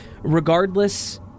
Regardless